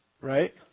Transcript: right